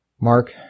Mark